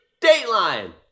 Dateline